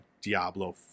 Diablo